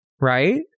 right